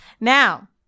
Now